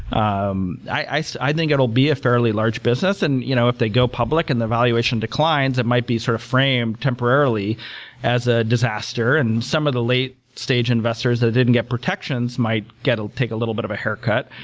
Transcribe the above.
um i so i think it will be a fairly large business. and you know if they go public and their valuation declines, it might be sort of framed temporarily as a disaster. and some of the late stage investors that didn't get protections might take a little bit of a haircut.